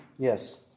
Yes